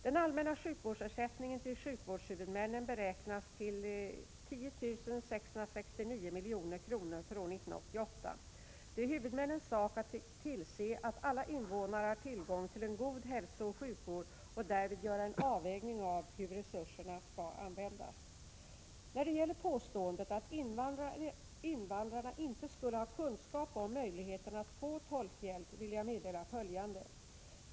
Den allmänna sjukvårdsersättningen till sjukvårdshuvudmännen beräknas till 10 669 milj.kr. för år 1988. Det är huvudmännens sak att tillse att alla invånare har tillgång till en god hälsooch sjukvård och att därvid göra en avvägning av hur resurserna skall användas. När det gäller påståendet att invandrarna inte skulle ha kunskap om möjligheten att få tolkhjälp vill jag meddela följande.